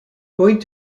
going